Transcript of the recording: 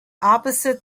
opposite